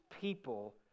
people